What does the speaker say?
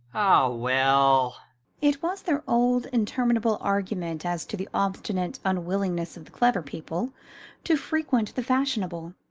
ah, well it was their old interminable argument as to the obstinate unwillingness of the clever people to frequent the fashionable,